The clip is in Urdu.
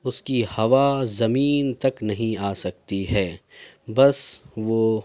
اس کی ہوا زمین تک نہیں آ سکتی ہے بس وہ